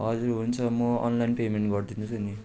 हजुर हुन्छ म अनलाइन पेमेन्ट गरिदिनु थियो नि